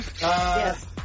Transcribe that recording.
Yes